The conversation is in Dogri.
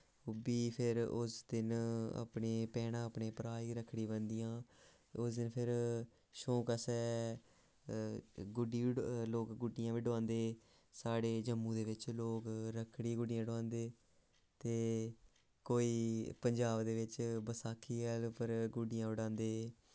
उब्बी फिर उस दिन अपनी भैनां अपने भ्राएं गी रक्खड़ी बनदियां ते उस दिन फिर शौंक आस्सै गुड लोक गुड्डियां बी डोआंदे साढ़े जम्मू दे बिच्च लोग रक्खड़ी पर गुड्डियां डोआंदे ते कोई पंजाब दे बिच्च बसाखी दे उप्पर गुड्डियां डोआंदे